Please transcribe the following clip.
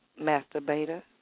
Masturbator